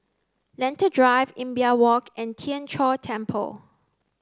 Lentor Drive Imbiah Walk and Tien Chor Temple